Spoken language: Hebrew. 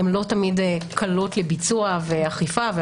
הן לא תמיד קלות לביצוע ואכיפה.